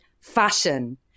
fashion